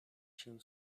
się